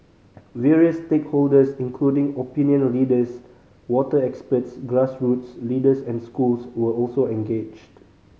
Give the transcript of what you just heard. various stakeholders including opinion leaders water experts grassroots leaders and schools were also engaged